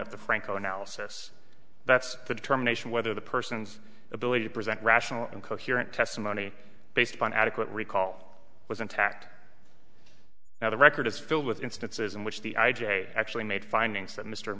of the franco analysis that's the determination whether the person's ability to present rational and coherent testimony based upon adequate recall was intact now the record is filled with instances in which the i j a actually made findings that mr